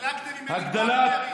חילקתם, רק לעשירים.